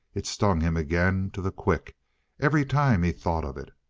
it stung him again to the quick every time he thought of it.